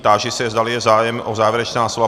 Táži se, zdali je zájem o závěrečná slova.